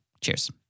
Cheers